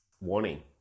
warning